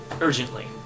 urgently